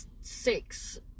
six